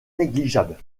négligeable